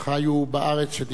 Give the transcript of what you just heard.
כשהוא דיבר על המדינה היהודית,